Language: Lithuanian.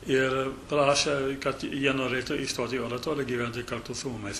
ir prašė kad jie norėtų įstoti į oratoriją gyventi kartu su mumis